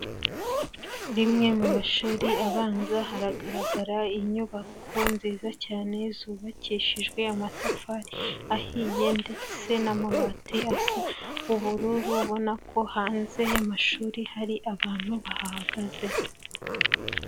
Rimwe mu mashuri abanza haragaragara inyubako nziza cyane zubakishijwe amatafari ahiye ndetse n'amabati asa ubururu, ubona ko hanze y'amashuri hari abantu bahahagaze.